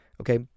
okay